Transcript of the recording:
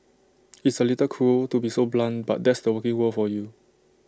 it's A little cruel to be so blunt but that's the working world for you